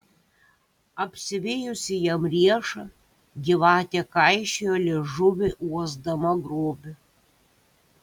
apsivijusi jam riešą gyvatė kaišiojo liežuvį uosdama grobį